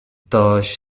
ktoś